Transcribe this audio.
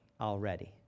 already